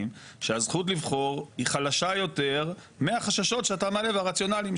שהזכות לבחור היא חלשה יותר מהחששות שאתה מעלה והרציונלים?